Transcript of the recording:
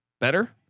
better